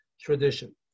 tradition